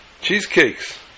Cheesecakes